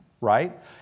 Right